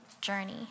journey